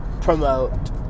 promote